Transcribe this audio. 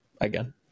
again